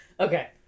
Okay